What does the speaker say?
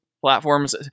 platforms